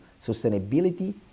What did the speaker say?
sustainability